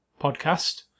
podcast